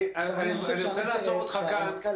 אני עוצר אותך כאן